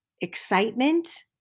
excitement